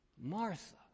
Martha